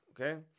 okay